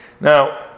Now